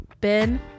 Ben